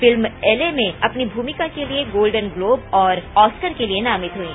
film Elle में अपनी भूमिका के लिए गोल्डन ग्लोब और ऑस्कर के लिए नामित हुईं